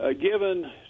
given